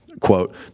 Quote